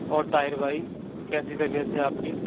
اور طاہر بھائی کیسی طبیعت ہے آپ کی